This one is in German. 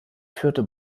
führte